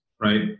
right